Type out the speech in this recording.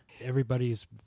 Everybody's